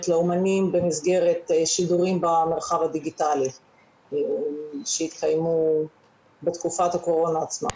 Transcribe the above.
לאומנים במסגרת שידורים במרחב הדיגיטלי שהתקיימו בתקופת הקורונה עצמה.